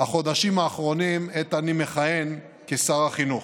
החודשים האחרונים, עת אני מכהן כשר החינוך.